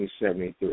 1973